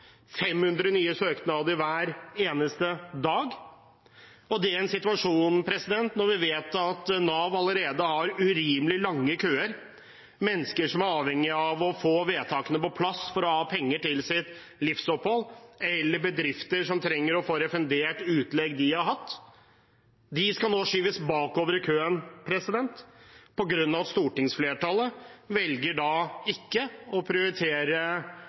500 nye søknader hver eneste dag, i en situasjon der vi vet at Nav allerede har urimelig lange køer. Dette er mennesker som er avhengig av å få vedtakene på plass for å ha penger til sitt livsopphold, eller bedrifter som trenger å få refundert utlegg de har hatt. De skal nå skyves bakover i køen, på grunn av at stortingsflertallet velger ikke å prioritere